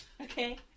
okay